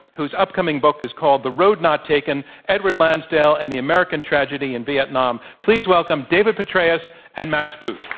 whose upcoming book is called the road not taken edward lansdale and the american tragedy in vietnam. please welcome david petraeus and max boot.